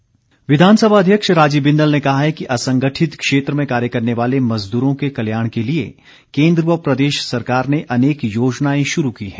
बिंदल विधानसभा अध्यक्ष राजीव बिंदल ने कहा है कि असंगठित क्षेत्र में कार्य करने वाले मज़दूरों के कल्याण के लिए केन्द्र व प्रदेश सरकार ने अनेक योजनाएं शुरू की हैं